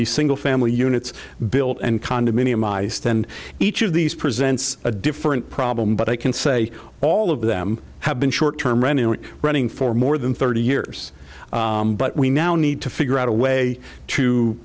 these single family units built and condominium ice then each of these presents a different problem but i can say all of them have been short term running and running for more than thirty years but we now need to figure out a way to